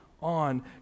on